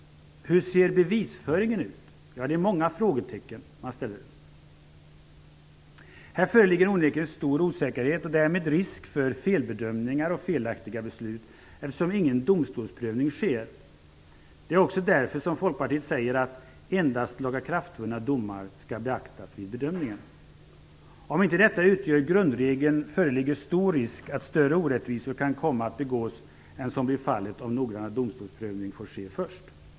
Hur ser bevisföringen ut? Ja, det är många frågor man ställer sig. Här föreligger onekligen stor osäkerhet och därmed risk för felbedömningar och felaktiga beslut, eftersom ingen domstolsprövning sker. Det är också därför som Folkpartiet säger att endast lagakraftvunna domar skall beaktas vid bedömningen. Om inte detta utgör grundregeln föreligger stor risk för att större orättvisor kan komma att begås än vad som blir fallet om noggrann domstolsprövning får ske först.